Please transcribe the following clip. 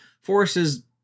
forces